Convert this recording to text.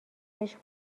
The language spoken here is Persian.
عشق